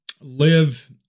live